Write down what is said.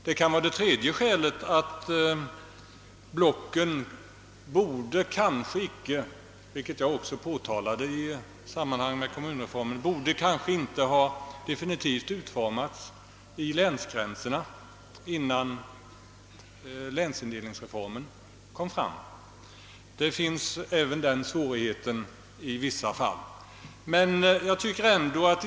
Det kan vara av ett tredje skäl — vilket jag också påpekade i samband med kommunreformen — att blocken kanske inte borde ha definitivt utformats i anslutning till länsgränserna innan länsindelningsreformen =:genomfördes; även den svårigheten föreligger i vissa fall.